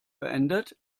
beendet